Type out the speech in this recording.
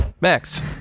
Max